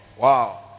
wow